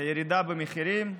ירידה במחירים,